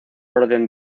orden